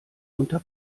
unter